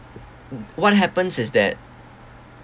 what happens is that